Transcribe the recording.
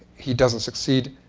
he doesn't succeed.